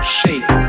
shake